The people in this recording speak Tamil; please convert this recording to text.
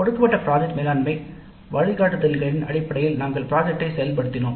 கொடுக்கப்பட்ட திட்ட மேலாண்மை வழிகாட்டுதல்களின் அடிப்படையில் நாங்கள் திட்டத்தை செயல்படுத்தினோம்